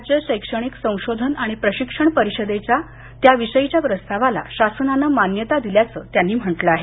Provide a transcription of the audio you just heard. राज्य शैक्षणिक संशोधन आणि प्रशिक्षण परिषदेच्या त्याविषयीच्या प्रस्तावाला शासनानं मान्यता दिल्याचं त्यांनी म्हटलं आहे